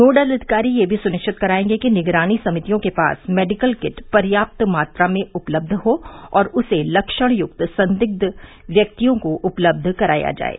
nodal अधिकारी यह भी सुनिश्चित करायेंगे कि निगरानी समितियों के पास मेडिकल किट पर्याप्त मात्रा में उपलब्ध हो और उसे लक्षणयुक्त संदिग्ध व्यक्तियों को उपलब्ध कराया जाये